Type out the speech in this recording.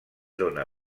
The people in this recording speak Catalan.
dóna